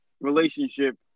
relationship